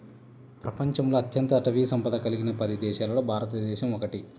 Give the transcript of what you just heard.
ప్రపంచంలో అత్యంత అటవీ సంపద కలిగిన పది దేశాలలో భారతదేశం ఒకటి